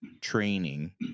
training